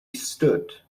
stood